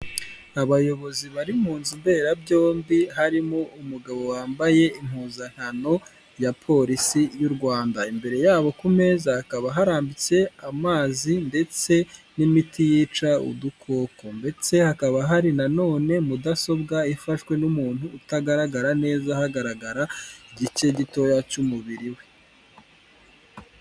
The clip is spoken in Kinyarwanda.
Abayobozi bari mu nzu mberabyombi harimo umugabo wambaye impuzankano ya polisi y'u Rwanda imbere yabo ku meza hakaba harambitse amazi ndetse n'imiti yica udukoko ndetse hakaba hari na nonene mudasobwa ifashwe n'umuntu utagaragara neza hagaragara igice gitoya cy'umubiri we .